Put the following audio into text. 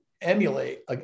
emulate